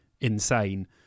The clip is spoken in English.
insane